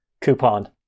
coupon